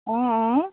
অ' অ'